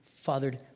Fathered